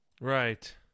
Right